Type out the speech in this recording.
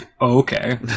okay